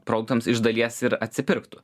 produktams iš dalies ir atsipirktų